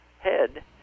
head